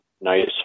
nice